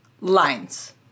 lines